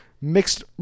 mixed